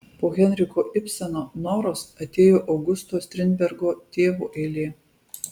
po henriko ibseno noros atėjo augusto strindbergo tėvo eilė